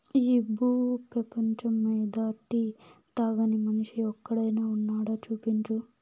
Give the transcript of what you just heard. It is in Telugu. ఈ భూ పేపంచమ్మీద టీ తాగని మనిషి ఒక్కడైనా వున్నాడా, చూపించు